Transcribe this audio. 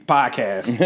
Podcast